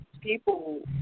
people